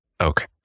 okay